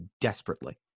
desperately